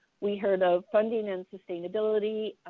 we heard of funding and sustainability,